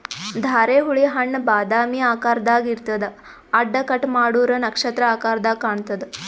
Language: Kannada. ಧಾರೆಹುಳಿ ಹಣ್ಣ್ ಬಾದಾಮಿ ಆಕಾರ್ದಾಗ್ ಇರ್ತದ್ ಅಡ್ಡ ಕಟ್ ಮಾಡೂರ್ ನಕ್ಷತ್ರ ಆಕರದಾಗ್ ಕಾಣತದ್